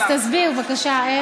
אני אסביר לך.